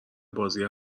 بازی